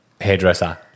hairdresser